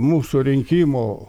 mūsų rinkimų